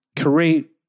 create